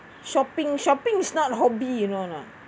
shopping shopping is not a hobby you know or not